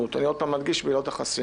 אני לא שוללת את המבחן